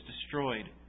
destroyed